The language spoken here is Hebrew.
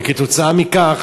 וכתוצאה מכך